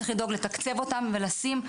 צריך לדאוג לתקצב אותם ולשים,